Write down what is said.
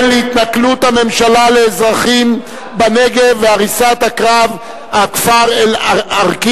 התנכלות הממשלה לאזרחים בנגב והריסת הכפר אל-עראקיב,